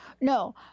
No